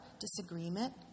disagreement